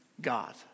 God